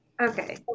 Okay